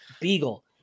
Beagle